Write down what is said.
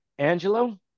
Angelo